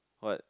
what